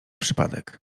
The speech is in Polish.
przypadek